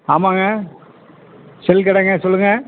ஆமாங்க செல் கடைங்கள் சொல்லுங்கள்